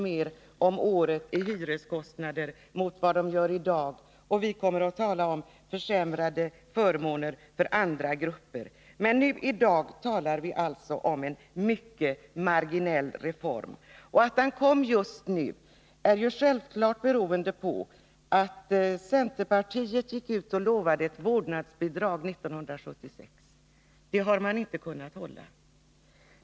mer om året i hyreskostnader mot vad de gör i dag, och vi kommer att tala om försämrade förmåner för andra grupper. Men i dag talar vi alltså om en mycket marginell reform. Att den kommer just nu beror självfallet på att centerpartiet gick ut och lovade ett vårdnadsbidrag 1976. Det löftet har man inte kunnat hålla.